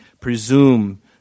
presume